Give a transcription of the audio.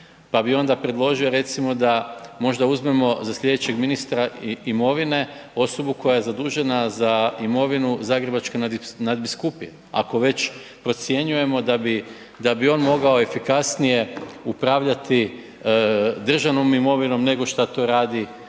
pa bih onda predložio, recimo da možda uzmemo za sljedećeg ministra imovine osobu koja je zadužena za imovinu Zagrebačke nadbiskupije, ako već procjenjujemo da bi on mogao efikasnije upravljati državnom imovinom nego što to radi